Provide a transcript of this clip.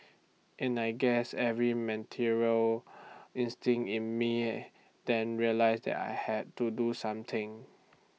and I guess every maternal instinct in me then realised that I had to do something